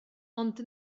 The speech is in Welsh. ond